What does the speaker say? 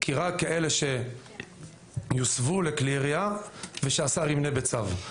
כי הם רק אלה שיוסבו לכלי ירייה ושהשר ימנה בצו,